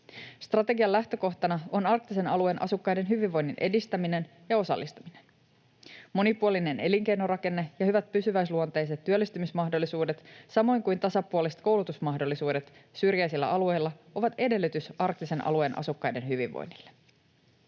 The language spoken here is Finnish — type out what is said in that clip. Strategian lähtökohtana on arktisen alueen asukkaiden hyvinvoinnin edistäminen ja osallistaminen. Monipuolinen elinkeinorakenne ja hyvät pysyväisluonteiset työllistymismahdollisuudet samoin kuin tasapuoliset koulutusmahdollisuudet syrjäisillä alueilla ovat edellytys arktisen alueen asukkaiden hyvinvoinnille.